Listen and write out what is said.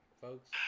Folks